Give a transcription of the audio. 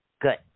Good